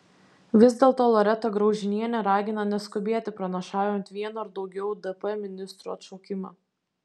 vis dėlto loreta graužinienė ragina neskubėti pranašaujant vieno ar daugiau dp ministrų atšaukimą